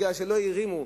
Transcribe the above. כי לא הרימו.